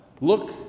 look